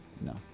No